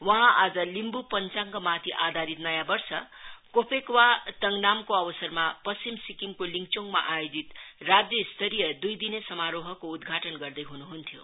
वहाँ आज लिम्बु पत्याङ्ग माखि आधारित नयाँ वर्ष कोफेक्वा तङ्नामको अवसरमा पश्चिम सिक्किमको लिङ्चोममा आयोजित राज्य स्तरीय दुई दिने समारोहको उदघाटन गर्दै हुनुहुन्थ्यो